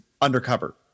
undercover